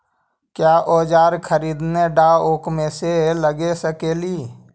क्या ओजार खरीदने ड़ाओकमेसे लगे सकेली?